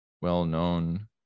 well-known